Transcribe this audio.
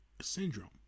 syndrome